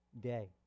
day